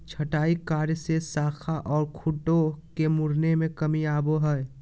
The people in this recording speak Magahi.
छंटाई कार्य से शाखा ओर खूंटों के मुड़ने में कमी आवो हइ